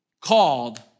called